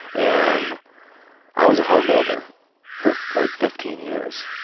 and i was a homebuilder for like fifteen years.